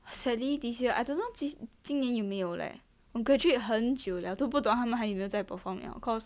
sadly this year I don't know this 今年有没有 leh graduate 很久了都不懂他们还有没有在 perform you know cause